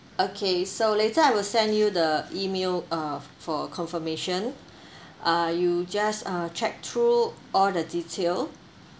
okay so later I will send you the email uh f~ for confirmation uh you just uh check through all the detail